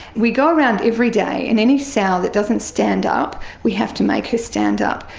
we go around every day and any sow that doesn't stand up we have to make her stand up,